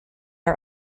are